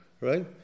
right